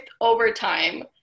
overtime